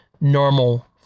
normal